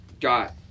got